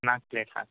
ನಾಲ್ಕು ಪ್ಲೇಟ್ ಸಾಕು